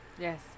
Yes